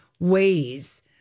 ways